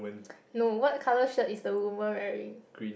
no what colour shirt is the woman wearing